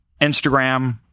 Instagram